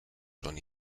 son